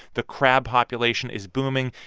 the crab population is booming.